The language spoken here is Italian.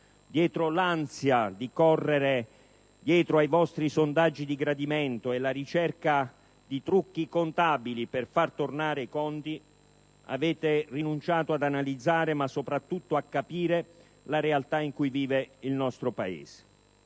Dietro l'ansia di correre dietro ai vostri sondaggi di gradimento e la ricerca di trucchi contabili per far tornare i conti, avete rinunciato ad analizzare ma soprattutto a capire la realtà in cui vive il nostro Paese.